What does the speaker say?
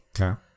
Okay